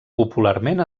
popularment